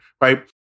right